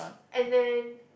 and then